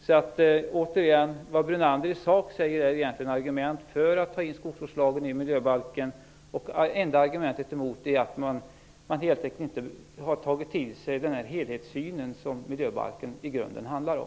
Vad Lennart Brunander i sak säger är egentligen argument för att ta in skogsvårdslagen i miljöbalken. Enda argumentet emot är att man inte har tagit till sig den helhetsyn som miljöbalken i grunden handlar om.